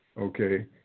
okay